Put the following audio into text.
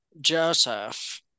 Joseph